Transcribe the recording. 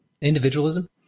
Individualism